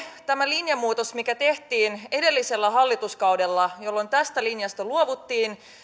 tämä linjanmuutos mikä tehtiin edellisellä hallituskaudella jolloin tästä linjasta luovuttiin